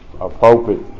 appropriate